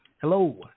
Hello